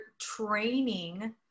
training